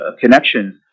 connections